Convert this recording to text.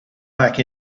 back